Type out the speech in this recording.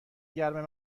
گرم